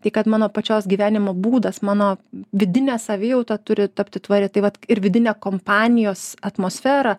tai kad mano pačios gyvenimo būdas mano vidinė savijauta turi tapti tvaria tai vat ir vidinė kompanijos atmosfera